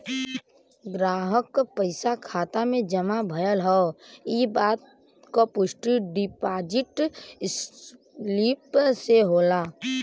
ग्राहक क पइसा खाता में जमा भयल हौ इ बात क पुष्टि डिपाजिट स्लिप से होला